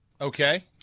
Okay